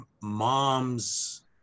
mom's